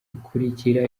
ikurikira